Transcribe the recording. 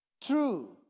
true